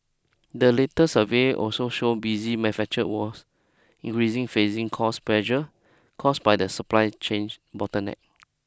the latest survey also showed busy manufacture was increasing facing cost pressure caused by supply change bottleneck